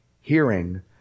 Hearing